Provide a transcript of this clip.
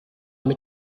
mit